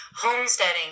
homesteading